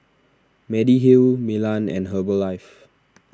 Mediheal Milan and Herbalife